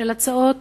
של הצעות,